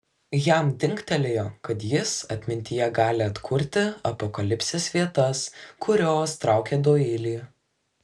jam dingtelėjo kad jis atmintyje gali atkurti apokalipsės vietas kurios traukė doilį